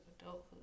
adulthood